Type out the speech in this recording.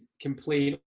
complain